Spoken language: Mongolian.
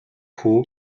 хүү